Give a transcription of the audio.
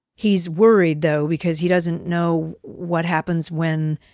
he's worried though because he doesn't know what happens when,